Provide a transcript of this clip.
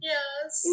Yes